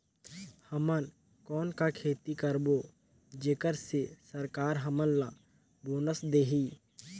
हमन कौन का खेती करबो जेकर से सरकार हमन ला बोनस देही?